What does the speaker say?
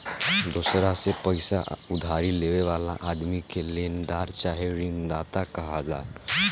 दोसरा से पईसा उधारी लेवे वाला आदमी के लेनदार चाहे ऋणदाता कहाला